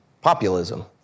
populism